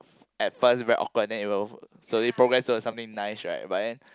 at first very awkward then it will slowly progress into something nice right but then